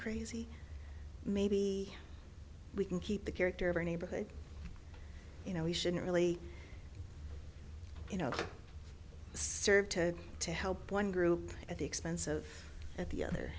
crazy maybe we can keep the character of a neighborhood you know we shouldn't really you know served to help one group at the expense of at the other